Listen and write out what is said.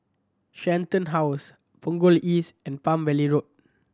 Shenton House Punggol East and Palm Valley Road